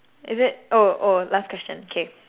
is it oh oh last question K